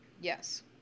Yes